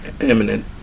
imminent